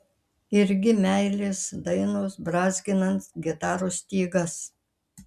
irgi meilės dainos brązginant gitaros stygas